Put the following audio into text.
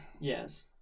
Yes